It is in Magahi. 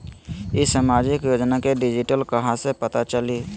ई सामाजिक योजना के डिटेल कहा से पता चली?